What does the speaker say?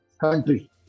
country